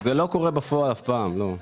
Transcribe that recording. זה לא קורה בפועל אף פעם.